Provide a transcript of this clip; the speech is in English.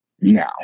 now